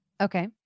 Okay